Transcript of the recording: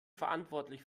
verantwortlich